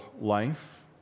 life